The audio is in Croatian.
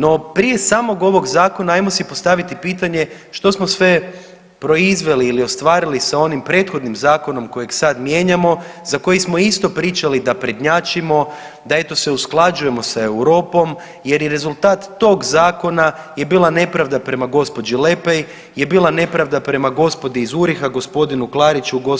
No prije samog ovog zakona ajmo si postavit pitanje što smo sve proizveli ili ostvarili sa onim prethodim zakonom kojeg sad mijenjamo, za koji smo isto pričali da prednjačimo, da eto se usklađujemo sa Europom jer i rezultat tog zakona je bila nepravda prema gđi. Lepej, je bila nepravdi prema gospodi URIHO-a, g. Klariću, g.